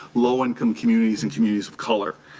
low income communities and communities of color.